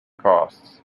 costs